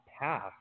path